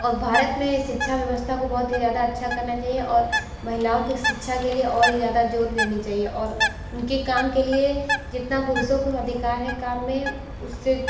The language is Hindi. और भारत में शिक्षा व्यवस्था को बहुत ही ज़्यादा अच्छा करना चाहिए और महिलाओं के शिक्षा के लिए और ही ज़्यादा जोर देनी चाहिए और उनके काम के लिए जितना पुरुषों को अधिकार है काम में उससे